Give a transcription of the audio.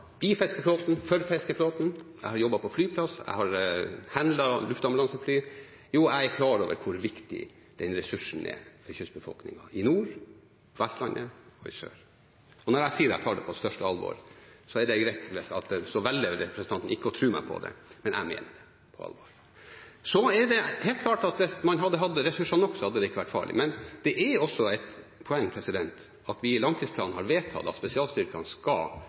i fiskeflåten, for fiskeflåten, jeg har jobbet på flyplass, jeg har «handlet» luftambulansefly – jo, jeg er klar over hvor viktig den ressursen er for kystbefolkningen i nord, på Vestlandet og i sør. Og når jeg sier at jeg tar det på største alvor, er det greit hvis representanten velger ikke å tro meg på det. Men jeg mener det på alvor. Så er det helt klart at hvis man hadde hatt ressurser nok, hadde det ikke vært farlig. Men det er også et poeng at vi i langtidsplanen har vedtatt at spesialstyrkene skal